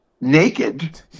naked